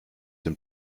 dem